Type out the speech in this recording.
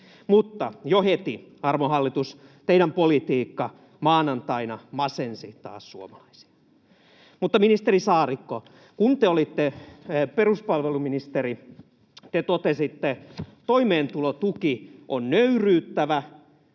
mutta jo heti, arvon hallitus, teidän politiikkanne maanantaina masensi taas suomalaisia. Ministeri Saarikko, kun te olitte peruspalveluministeri, te totesitte: ”Toimeentulotuki on nöyryyttävä